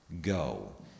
go